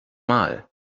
mal